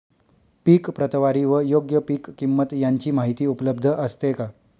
पीक प्रतवारी व योग्य पीक किंमत यांची माहिती उपलब्ध असते का?